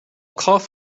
cough